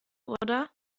oder